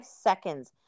seconds